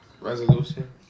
resolution